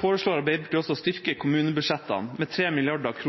foreslår Arbeiderpartiet også å styrke kommunebudsjettene med 3 mrd. kr